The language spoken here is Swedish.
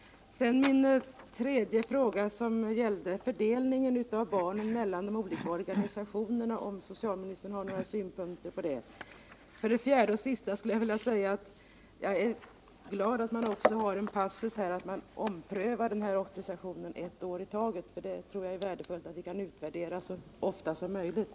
Jag hade också en tredje fråga, som gällde fördelningen av barnen mellan de olika organisationerna. Jag undrar om socialministern har några synpunkter på detta. Slutligen vill jag säga att jag tycker det är glädjande att det finns en passus om att auktorisationen skall omprövas och att den gäller endast ett år i taget. Jag tror det är värdefullt om vi kan utvärdera denna verksamhet så ofta som möjligt.